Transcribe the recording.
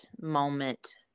moment